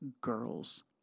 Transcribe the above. girls